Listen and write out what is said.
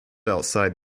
outside